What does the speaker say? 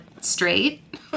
straight